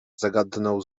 zagadnął